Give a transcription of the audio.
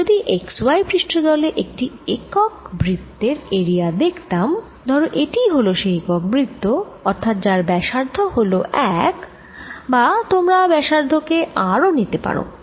আমি যদি x y পৃষ্ঠ তলে একটি একক বৃত্তের এরিয়া দেখতাম ধরো এটিই হল সেই একক বৃত্ত অর্থাৎ যার ব্যাসার্ধ হল 1 বা তোমরা ব্যাসার্ধ কে r ও ধরে নিতে পার